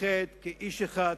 להתאחד כאיש אחד,